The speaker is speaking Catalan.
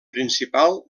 principal